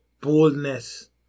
boldness